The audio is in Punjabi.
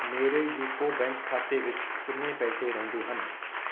ਮੇਰੇ ਯੂਕੋ ਬੈਂਕ ਖਾਤੇ ਵਿੱਚ ਕਿੰਨੇ ਪੈਸੇ ਰਹਿੰਦੇ ਹਨ